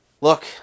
Look